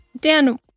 Dan